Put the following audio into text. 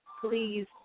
please